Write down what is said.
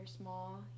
small